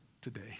today